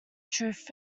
truth